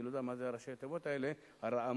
אני לא יודע מה זה ראשי התיבות האלה הראמ"ה.